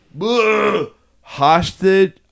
hostage